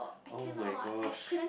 oh-my-gosh